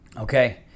Okay